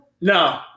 No